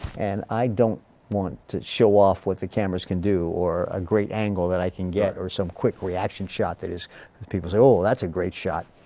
and i don't want to show off what the cameras can do or a great angle that i can get or some quick reaction shot that is people's say oh that's a great shot.